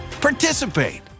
participate